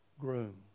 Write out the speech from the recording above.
groom